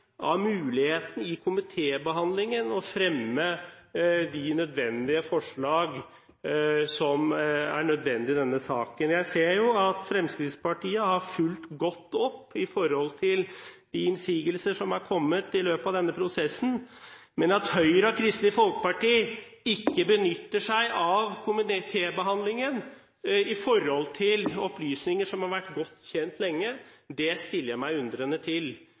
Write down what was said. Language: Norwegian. av muligheten under komitébehandlingen til å fremme de forslag som er nødvendig i denne saken. Jeg ser jo at Fremskrittspartiet har fulgt godt opp i forhold til de innsigelser som er kommet i løpet av denne prosessen, men at Høyre og Kristelig Folkeparti ikke benytter seg av komitébehandlingen når det gjelder opplysninger som har vært godt kjent lenge, stiller jeg meg undrende til.